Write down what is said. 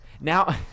Now